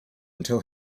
until